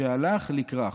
"שהלך לכרך"